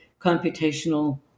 computational